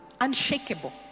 unshakable